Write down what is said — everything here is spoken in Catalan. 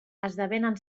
esdevenen